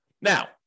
Now